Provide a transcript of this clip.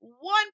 one